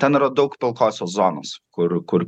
ten yra daug pilkosios zonos kur kur